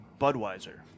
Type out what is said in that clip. Budweiser